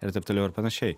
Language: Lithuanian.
ir taip toliau ir panašiai